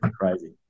Crazy